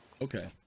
Okay